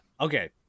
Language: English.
okay